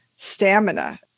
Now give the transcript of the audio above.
stamina